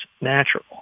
natural